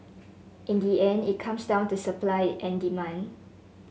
in the end it comes down to supply and demand